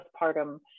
postpartum